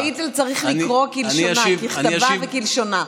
שאילתה צריך לקרוא כלשונה, ככתבה וכלשונה.